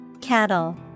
Cattle